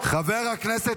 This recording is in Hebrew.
חבר הכנסת